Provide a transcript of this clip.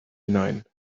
hinein